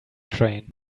train